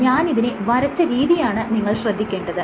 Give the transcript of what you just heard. ഞാൻ ഇതിനെ വരച്ച രീതിയാണ് നിങ്ങൾ ശ്രദ്ധിക്കേണ്ടത്